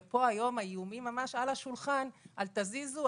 ופה היום האיומים ממש על השולחן: אל תזיזו,